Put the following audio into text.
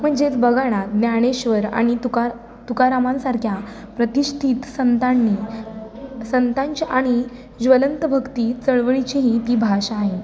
म्हणजेच बघा ना ज्ञानेश्वर आणि तुकार तुकारामांसारख्या प्रतिष्ठित संतांनी संतांच्या आणि ज्वलंत भक्ती चळवळीचीही ती भाषा आहे